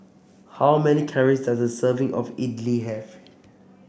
how many calories does a serving of Idili have